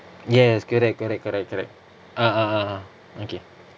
yes correct correct correct correct a'ah a'ah okay